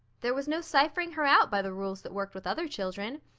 there was no ciphering her out by the rules that worked with other children.